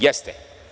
Jeste.